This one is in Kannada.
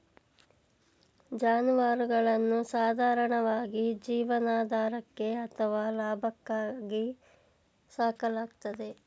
ಜಾನುವಾರುಗಳನ್ನು ಸಾಧಾರಣವಾಗಿ ಜೀವನಾಧಾರಕ್ಕೆ ಅಥವಾ ಲಾಭಕ್ಕಾಗಿ ಸಾಕಲಾಗ್ತದೆ